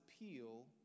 appeal